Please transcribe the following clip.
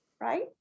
right